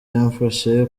yamfashe